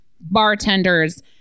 bartenders